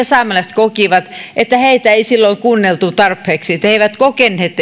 saamelaiset kokivat että heitä ei silloin kuunneltu tarpeeksi he eivät kokeneet